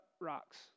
rocks